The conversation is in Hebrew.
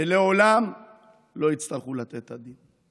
ולעולם לא יצטרכו לתת את הדין.